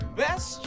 best